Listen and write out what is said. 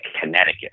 Connecticut